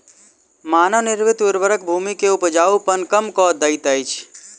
मानव निर्मित उर्वरक भूमि के उपजाऊपन कम कअ दैत अछि